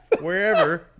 wherever